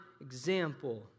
example